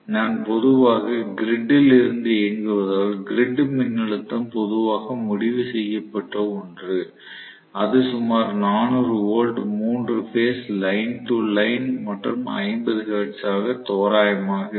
நான் பொதுவாக கிரிட் ல் இருந்து இயங்குவதால் கிரிட் மின்னழுத்தம் பொதுவாக முடிவு செய்யப்பட ஒன்று இது சுமார் 400 volt 3 phase line to line மற்றும் 50 ஹெர்ட்ஸ் ஆக தோராயமாக இருக்கும்